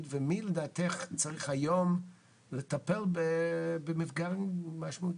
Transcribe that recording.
ומי לדעתך צריך היום לטפל במפגעים משמעותיים?